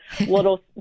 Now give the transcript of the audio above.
little